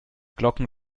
glocken